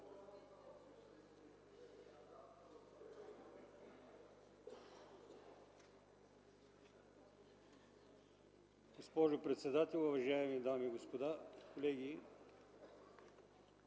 госпожо председател, уважаеми дами и господа народни